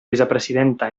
vicepresidenta